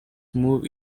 move